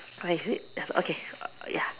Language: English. oh is it oh okay err ya